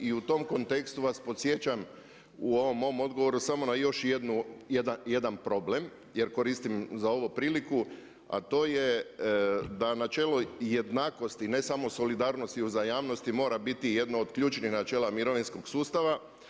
I tom kontekstu vas podsjećam u ovom mom odgovoru samo na još jedan problem jer koristim za ovo priliku a to je da na čelo jednakosti a ne samo solidarnosti i uzajamnosti mora biti jedno od ključnih načela mirovinskog sustava.